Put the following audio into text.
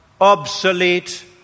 obsolete